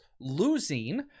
losing